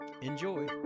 Enjoy